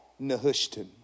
Nehushtan